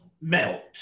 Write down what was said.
melt